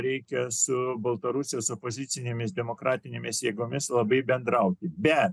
reikia su baltarusijos opozicinėmis demokratinėmis jėgomis labai bendrauti bet